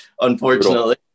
unfortunately